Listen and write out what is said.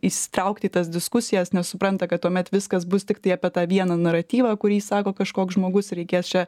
įsitraukti į tas diskusijas nes supranta kad tuomet viskas bus tiktai apie tą vieną naratyvą kurį sako kažkoks žmogus ir reikės čia